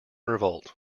revolt